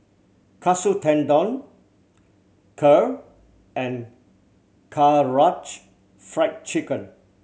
Katsu Tendon Kheer and Karaage Fried Chicken